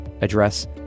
address